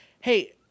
Hey